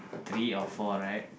three or four right